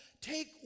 Take